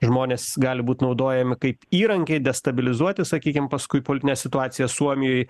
žmonės gali būt naudojami kaip įrankiai destabilizuoti sakykim paskui politinę situaciją suomijoj